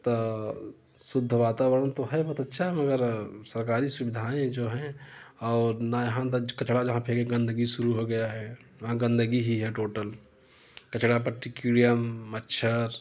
तो शुद्ध वातावरण तो है बहुत अच्छा है मगर सरकारी सुविधाएं जो हैं और ना यहाँ कचरा जहाँ फेंके गंदगी शुरू हो गया है वहाँ गंदगी ही है टोटल कचरा पट्टी किरिया मच्छर